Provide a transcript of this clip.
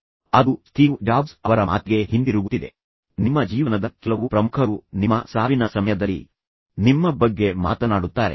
ನೀವು ಯಾವಾಗಲೂ ಈ ರೀತಿ ಮಾತನಾಡುತ್ತೀರಿ ನಿಮಗೆ ಎಂದಿಗೂ ಏನೂ ತಿಳಿದಿಲ್ಲ ತದನಂತರ ಪ್ರಸಿದ್ಧ ಸಂಭಾಷಣೆಃ ನೀವು ನನ್ನನ್ನು ಎಂದಿಗೂ ಅರ್ಥಮಾಡಿಕೊಳ್ಳುವುದಿಲ್ಲ